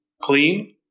clean